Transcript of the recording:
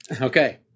Okay